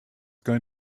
going